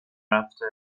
رفته